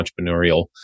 entrepreneurial